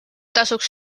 tasuks